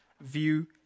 view